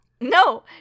no